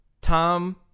Tom